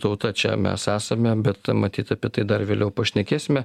tauta čia mes esame bet matyt apie tai dar vėliau pašnekėsime